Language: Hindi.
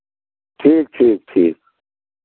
ठीक ठीक ठीक